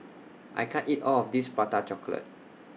I can't eat All of This Prata Chocolate